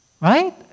right